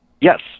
yes